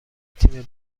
تیم